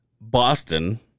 Boston